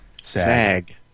SAG